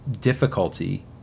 difficulty